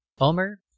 Omer